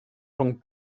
rhwng